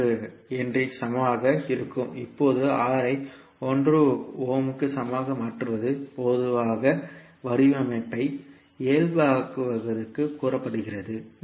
3 ஹென்றிக்கு சமமாகவும் இருக்கும் இப்போது R ஐ 1 ஓமிற்கு சமமாக மாற்றுவது பொதுவாக வடிவமைப்பை இயல்பாக்குவதாகக் கூறப்படுகிறது